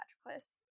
patroclus